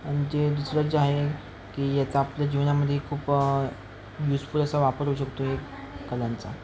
आणि जे दुसरं जे आहे की याचा आपल्या जीवनाध्ये खूप यूजफुल असा वापर होऊ शकतो एक कलांचा